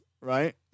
Right